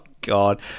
god